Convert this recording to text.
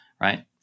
right